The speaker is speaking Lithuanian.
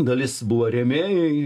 dalis buvo rėmėjai